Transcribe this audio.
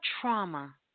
trauma